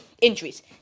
injuries